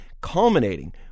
culminating